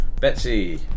Betsy